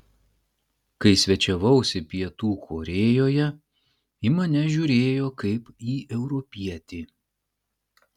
kai svečiavausi pietų korėjoje į mane žiūrėjo kaip į europietį